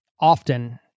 often